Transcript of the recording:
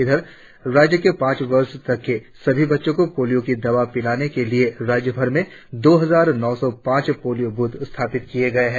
इधर राज्य के पांच वर्ष तक के सभी बच्चों को पोलियो की दवा पिलाने के लिए राज्यभर में दो हजार नौ सौ पांच पोलियो बूथ स्थापित किया गया है